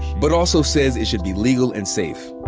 but also says it should be legal and safe.